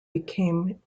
became